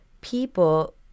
people